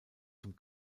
zum